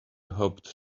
hopped